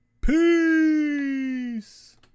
peace